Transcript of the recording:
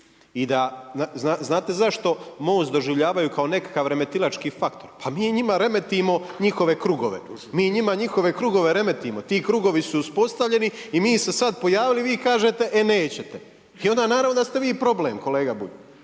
i da. Znate zašto Most doživljavaju kao nekakav remetilački faktor? Pa mi njima remetimo njihove krugove. Mi njima njihove krugove remetimo. Ti krugovi su uspostavljeni i mi se sad pojavili, a vi kažete e nećete. Onda naravno da ste vi problem kolega Bulj.